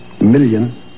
million